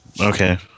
Okay